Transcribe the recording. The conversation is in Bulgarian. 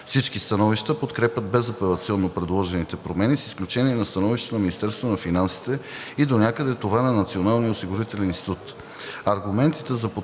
Всички становища подкрепят безапелационно предложените промени, с изключение на становището на Министерството на финансите и донякъде това на Националния осигурителен институт. Аргументите за подкрепа